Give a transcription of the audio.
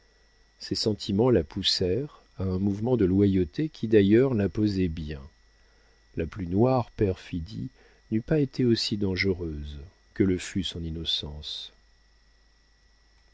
ces sentiments la poussèrent à un mouvement de loyauté qui d'ailleurs la posait bien la plus noire perfidie n'eût pas été aussi dangereuse que le fut son innocence